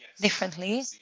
differently